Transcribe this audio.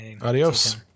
adios